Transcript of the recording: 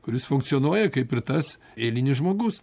kuris funkcionuoja kaip ir tas eilinis žmogus